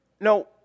no